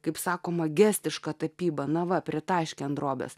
kaip sakoma gestiška tapyba nava pritaškė ant drobės